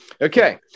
Okay